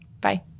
Bye